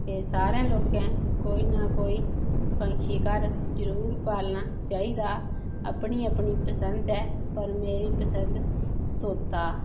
ते सारे लोकें कोई ना कोई पंछी घर जरुर पालना चाहिदा अपनी अपनी पसंद ऐ पर मेरी पसंद तोता